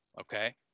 okay